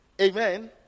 Amen